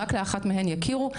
רק לאחת מהן יכירו.